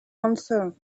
answer